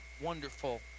wonderful